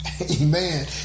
Amen